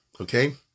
Okay